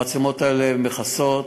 המצלמות האלה מכסות,